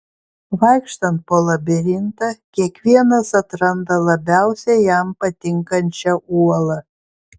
vaikštant po labirintą kiekvienas atranda labiausiai jam patinkančią uolą